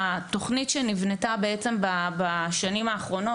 התוכנית שנבנתה בשנים האחרונות,